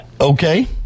Okay